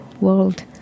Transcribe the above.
world